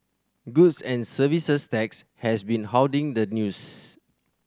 goods and Services Tax has been hoarding the news